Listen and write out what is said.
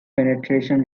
penetration